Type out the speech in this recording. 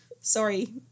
Sorry